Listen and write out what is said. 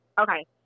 Okay